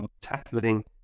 tackling